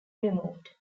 removed